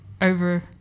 over